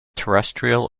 terrestrial